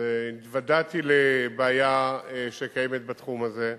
התוודעתי לבעיה שקיימת בתחום הזה,